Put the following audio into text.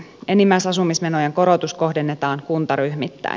enimmäisasumismenojen korotus kohdennetaan kuntaryhmittäin